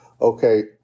Okay